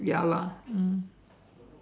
ya lah mm